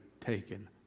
taken